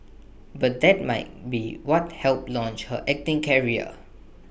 but that might be what helped launch her acting career